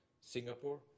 Singapore